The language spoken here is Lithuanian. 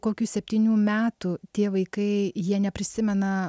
kokių septynių metų tie vaikai jie neprisimena